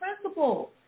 principle